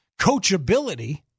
coachability